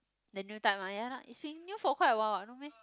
the new type ah ya lah it's been new for quite a while what no meh